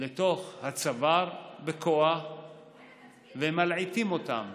לתוך הצוואר בכוח ומלעיטים אותם